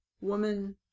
woman